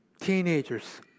teenagers